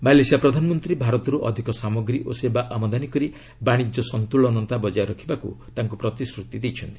Malaysia ପ୍ରଧାନମନ୍ତ୍ରୀ ଭାରତରୁ ଅଧିକ ସାମଗ୍ରୀ ଓ ସେବା ଆମଦାନି କରି ବାଣିଜ୍ୟ ସନ୍ତୁଳନତା ବଜାୟ ରଖିବାକୁ ତାଙ୍କୁ ପ୍ରତିଶ୍ରୁତି ଦେଇଛନ୍ତି